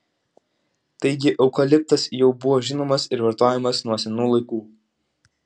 taigi eukaliptas jau buvo žinomas ir vartojamas nuo senų laikų